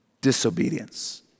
disobedience